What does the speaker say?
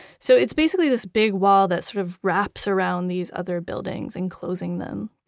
so it's basically this big wall that sort of wraps around these other buildings, enclosing them.